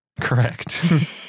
Correct